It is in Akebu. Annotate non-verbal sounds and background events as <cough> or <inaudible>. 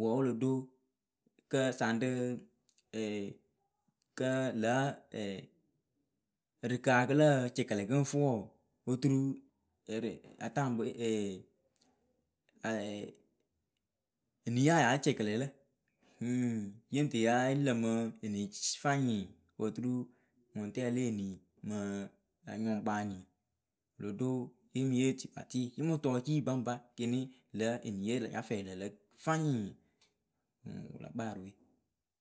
wɨ wǝ́ wɨ lo ɖo, kǝǝ saŋ rɨ ɛɛ kǝ lǝ̌ ɛɛ, ǝrɨkǝ kɨ a lǝǝ cɛkɛlɛ kɨ ŋ fɨ wɔɔ oturu ɛrɛ ataŋpɨwe ɛɛ, aɛɛ eniye ya yáa cɛkɛlɛ lǝ, ŋŋ, yɨŋ tɨ yaǝ lǝmɨ eni <noise> fanyɩ kɨ oturu ŋʊŋtɛɛ le enii mɨ anyɔŋkpaanii. Wɨ lo ɖo ye mɨ yee etikpatɩɩ nɨ mɨ tɔ ecii baŋba kini lǝ̌ eniye nya fɛɛ yɨ lǝ lǝ fanyɩɩ wɨ la kpaa rɨ we.